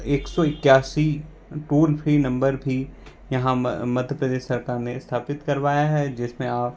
एक सौ इक्यासी टोल फ़्री नम्बर भी यहाँ मध्य प्रदेश सरकार ने स्थापित करवाया है जिस में आप